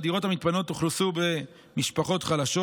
והדירות המתפנות אוכלסו במשפחות חלשות,